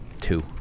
two